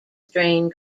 strain